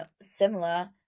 similar